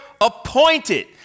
appointed